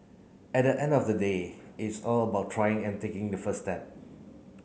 at the end of the day it's all about trying and taking the first step